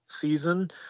season